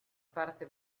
parte